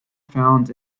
found